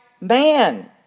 man